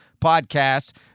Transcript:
Podcast